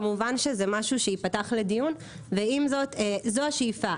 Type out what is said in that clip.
כמובן שזה משהו שייפתח לדיון, ועם זאת, זו השאיפה.